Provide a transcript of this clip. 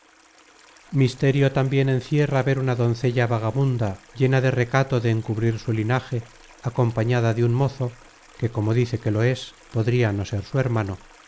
misterio tambien encierra ver una doncella vaga munda llena de recato de encubrir su linaje acompañada de un mozo que como dice que lo es podria no ser su hermano